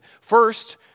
First